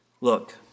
Look